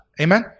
Amen